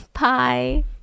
bye